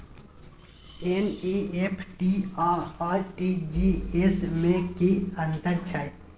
NEFT आ RTGS में की अन्तर छै?